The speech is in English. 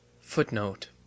footnote